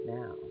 now